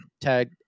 tag